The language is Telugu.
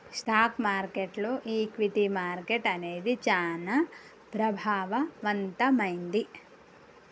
స్టాక్ మార్కెట్టులో ఈక్విటీ మార్కెట్టు అనేది చానా ప్రభావవంతమైంది